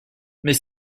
mais